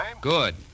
Good